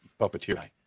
puppeteer